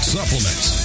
Supplements